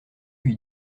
lui